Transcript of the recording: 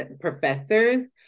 professors